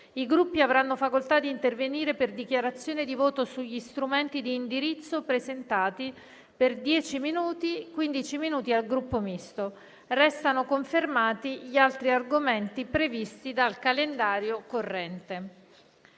I Gruppi avranno facoltà di intervenire per dichiarazione di voto sugli strumenti di indirizzo presentati per dieci minuti, quindici minuti al Gruppo Misto. Restano confermati gli altri argomenti previsti dal calendario corrente.